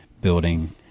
building